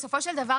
בסופו של דבר,